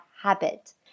habit